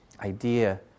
idea